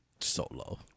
Solo